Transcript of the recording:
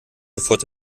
sofort